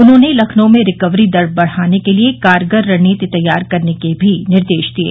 उन्होंने लखनऊ में रिकवरी दर बढ़ाने के लिए कारगर रणनीति तैयार करने के भी निर्देश दिये